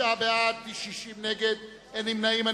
29 בעד, 60 נגד, אין נמנעים.